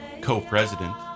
co-president